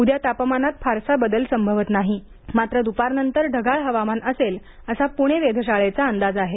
उद्या तापमानात फारसा बदल संभवत नाहे मात्र द्पारनंतर ढगाळ हवामान असेल असा पुणे वेधशाळेचा अंदाज आहे